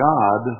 God